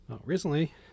Recently